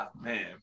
man